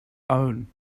own